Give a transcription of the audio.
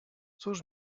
cóż